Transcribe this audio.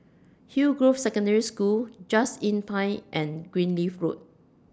Hillgrove Secondary School Just Inn Pine and Greenleaf Road